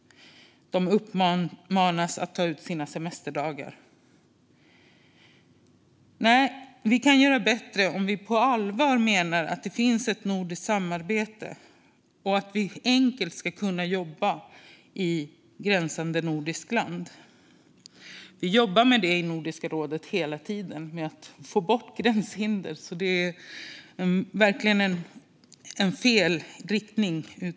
De uppmanas att ta ut sina semesterdagar. Nej, vi kan göra bättre om vi på allvar menar att det finns ett nordiskt samarbete och att vi enkelt ska kunna jobba i ett angränsande nordiskt land. I Nordiska rådet jobbar vi hela tiden med att få bort gränshinder, så utvecklingen har verkligen gått i fel riktning.